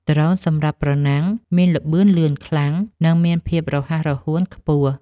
ដ្រូនសម្រាប់ប្រណាំង មានល្បឿនលឿនខ្លាំង និងមានភាពរហ័សរហួនខ្ពស់។